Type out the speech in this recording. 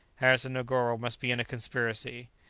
harris and negoro must be in a conspiracy!